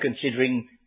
considering